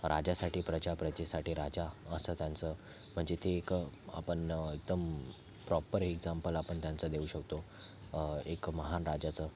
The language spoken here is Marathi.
राजासाठी प्रजा प्रजेसाठी राजा असं त्यांचं म्हणजे ते एक आपण एकदम प्रॉपर एक्झाम्पल आपण त्यांचं देऊ शकतो एक महान राजाचं